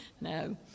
No